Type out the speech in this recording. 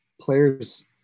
players